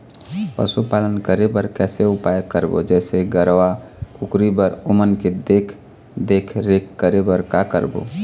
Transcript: पशुपालन करें बर कैसे उपाय करबो, जैसे गरवा, कुकरी बर ओमन के देख देख रेख करें बर का करबो?